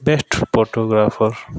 best photographer